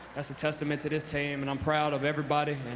that's a testament to this team, and i'm proud of everybody,